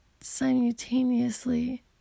simultaneously